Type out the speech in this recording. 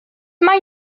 mae